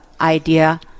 idea